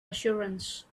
assurance